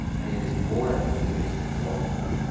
and it is more efficacious in the long-term.